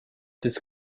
this